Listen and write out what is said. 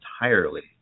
entirely